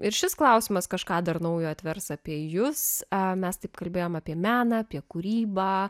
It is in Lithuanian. ir šis klausimas kažką dar naujo atvers apie jus a mes taip kalbėjome apie meną apie kūrybą